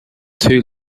too